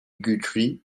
guthrie